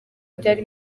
byari